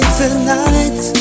tonight